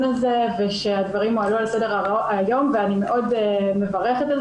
הזה ושהדברים מועלים על סדר היום ואני מאוד מברכת על